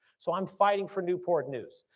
so i'm fighting for newport news.